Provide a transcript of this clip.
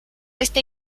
este